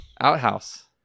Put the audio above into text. Outhouse